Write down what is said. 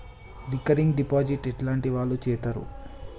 Recurring deposit ఎట్లాంటి వాళ్లు చేత్తరు?